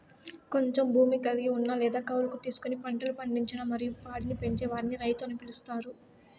కొంచెం భూమి కలిగి ఉన్న లేదా కౌలుకు తీసుకొని పంటలు పండించి మరియు పాడిని పెంచే వారిని రైతు అని పిలుత్తారు